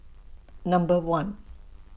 Number one